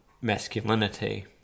masculinity